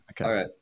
okay